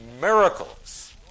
miracles